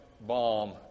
bomb